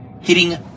hitting